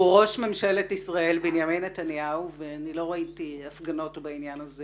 הוא ראש ממשלת ישראל בנימין נתניהו ואני לא ראיתי הפגנה בעניין הזה